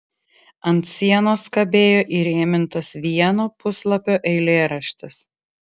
ant sienos kabėjo įrėmintas vieno puslapio eilėraštis